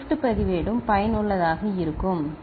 shift பதிவேடும் பயனுள்ளதாக இருக்கும் சரி